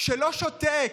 שלא שותק